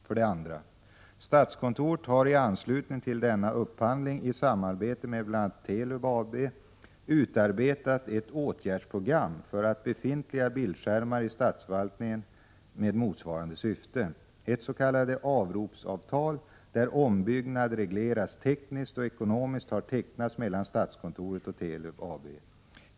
För det andra har statskontoret i anslutning till denna upphandling i samarbete med bl.a. Telub AB utarbetat ett åtgärdsprogram för befintliga bildskärmar i statsförvaltningen med motsvarande syfte. avropsavtal där ombyggnad regleras tekniskt och ekonomiskt har tecknats mellan statskontoret och Telub AB.